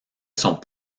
sont